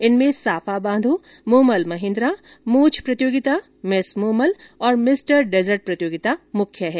इनमे साफा बांधो मूमल महेंद्रा मूंछ प्रतियोगिता मिस मूमल और भिस्टर डेजर्ट प्रतियोगिता मुख्य है